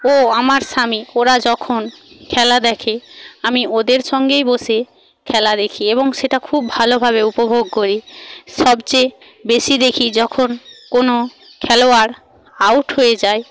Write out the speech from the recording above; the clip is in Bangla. ও আমার স্বামী ওরা যখন খেলা দেখে আমি ওদের সঙ্গেই বসে খেলা দেখি এবং সেটা খুব ভালোভাবে উপভোগ করি সবচেয়ে বেশি দেখি যখন কোনো খেলোয়াড় আউট হয়ে যায়